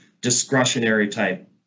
discretionary-type